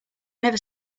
never